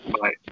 Bye